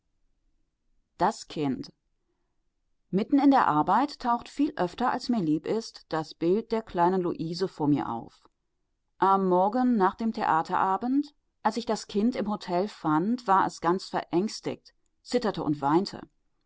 das kind mitten in der arbeit taucht viel öfter als mir lieb ist das bild der kleinen luise vor mir auf am morgen nach dem theaterabend als ich das kind im hotel fand war es ganz verängstigt zitterte und weinte